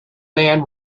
man